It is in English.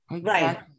Right